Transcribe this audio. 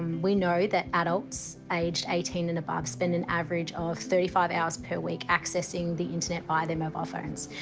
we know that adults ages eighteen and above spend an average of thirty five hours per week accessing the internet via their mobile phones,